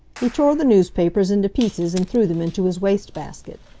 he tore the newspapers into pieces and threw them into his waste-basket.